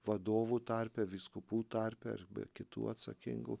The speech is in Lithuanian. vadovų tarpe vyskupų tarpe ir be kitų atsakingų